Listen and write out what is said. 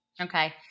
Okay